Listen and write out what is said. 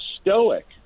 stoic